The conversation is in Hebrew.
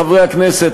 חברי הכנסת,